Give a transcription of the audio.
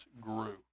grew